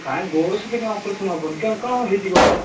କାହିଁ ଗୋଡ଼ ସହିତ କାହିଁ ଅପରେସନ୍ ହବନି କ'ଣ ହେଇଛି ଗୋଡ଼ଟା